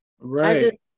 right